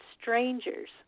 strangers